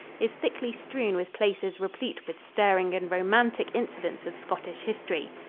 is thickly strewn with places replete with stirring and romantic incidents of scottish history.